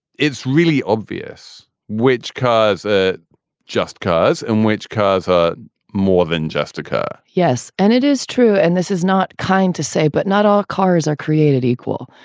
it's really obvious which cause a just cause and which cause more than just occur yes. and it is true. and this is not kind to say, but not all cars are created equal.